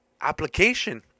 application